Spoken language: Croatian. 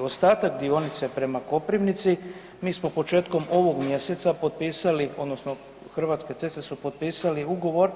Ostatak dionice prema Koprivnici, mi smo početkom ovog mjeseca potpisali odnosno Hrvatske ceste su potpisali ugovor